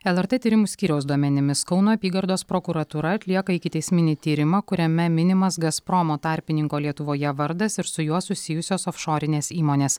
lrt tyrimų skyriaus duomenimis kauno apygardos prokuratūra atlieka ikiteisminį tyrimą kuriame minimas gazpromo tarpininko lietuvoje vardas ir su juo susijusios ofšorinės įmonės